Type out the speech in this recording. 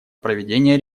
проведения